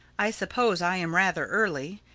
i suppose i am rather early.